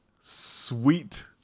sweet